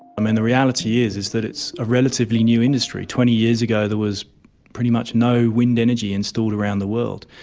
um and the reality is is that it's a relatively new industry twenty years ago there was pretty much no wind energy installed around the world.